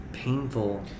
Painful